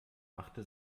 machte